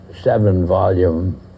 seven-volume